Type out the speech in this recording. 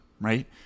right